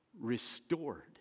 Restored